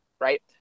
right